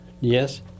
Yes